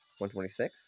126